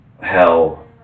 hell